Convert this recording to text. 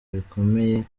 bikomeye